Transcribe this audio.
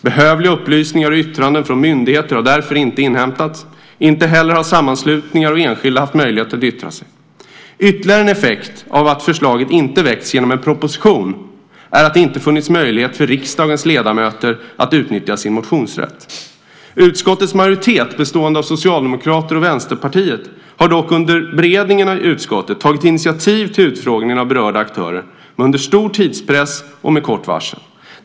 Behövliga upplysningar och yttranden från myndigheter har därför inte inhämtats. Inte heller har sammanslutningar och enskilda haft möjlighet att yttra sig. Ytterligare en effekt av att förslaget inte väckts genom en proposition är att det inte har funnits möjlighet för riksdagens ledamöter att utnyttja sin motionsrätt. Utskottets majoritet bestående av Socialdemokraterna och Vänsterpartiet har dock under beredningen i utskottet tagit initiativ till utfrågning av berörda aktörer, men under stor tidspress och med kort varsel.